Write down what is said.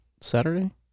Saturday